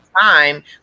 time